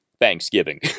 Thanksgiving